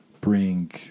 bring